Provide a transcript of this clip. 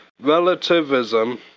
relativism